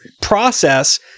process